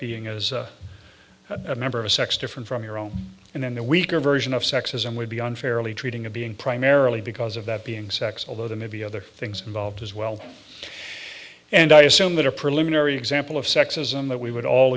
being as a member of a sex different from your own and in a weaker version of sexism would be unfairly treating a being primarily because of that being sex although there may be other things involved as well and i assume that a preliminary example of sexism that we would all